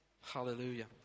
Hallelujah